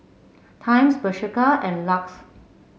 Times Bershka and Lux